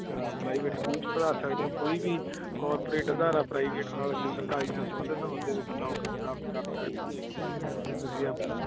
ਹਾਂ private school 'ਚ ਪੜ੍ਹਾ ਸਕਦੇ ਹੋ ਕੋਈ ਵੀ ਕਾਰਪੋਰੇਟ ਅਦਾਰਾ ਪ੍ਰਾਈਵੇਟ ਨਾਲ ਜਾਂ ਸਰਕਾਰੀ ਨਾਲ ਸੰਬੰਧਿਤ ਉਸ ਦੇ ਵਿੱਚ ਨੌਕਰੀ ਪ੍ਰਾਪਤ ਕਰ ਸਕਦੇ ਅਤੇ ਤੁਸੀਂ ਆਪਣਾ